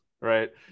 right